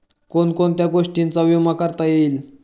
कोण कोणत्या गोष्टींचा विमा करता येईल?